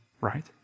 right